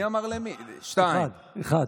מי אמר למי, 2. אחד.